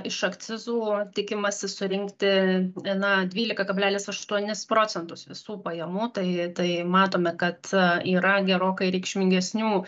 iš akcizų tikimasi surinkti na dvylika kablelis aštuonis procentus visų pajamų tai tai matome kad yra gerokai reikšmingesnių